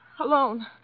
Alone